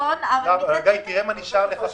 נכון, אבל מצד שני --- גיא, תראה מה נשאר לך פה.